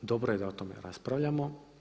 Dobro je da o tome raspravljamo.